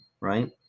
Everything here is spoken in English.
right